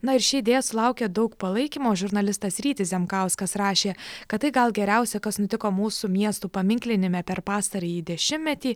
na ir ši idėja sulaukė daug palaikymo žurnalistas rytis zemkauskas rašė kad tai gal geriausia kas nutiko mūsų miestų paminklinime per pastarąjį dešimtmetį